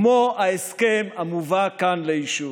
כמו ההסכם המובא כאן לאישור.